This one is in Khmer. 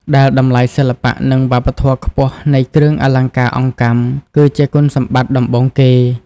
ដែលតម្លៃសិល្បៈ និងវប្បធម៌ខ្ពស់នៃគ្រឿងអលង្ការអង្កាំ គឺជាគុណសម្បត្តិដំបូងគេ។